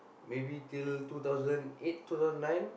maybe till two thousand eight two thousand nine